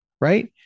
Right